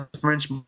French